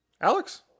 Alex